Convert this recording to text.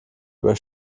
über